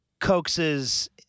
coaxes